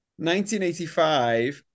1985